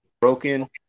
broken